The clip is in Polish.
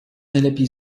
najlepiej